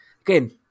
again